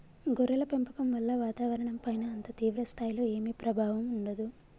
గొర్రెల పెంపకం వల్ల వాతావరణంపైన అంత తీవ్ర స్థాయిలో ఏమీ ప్రభావం ఉండదు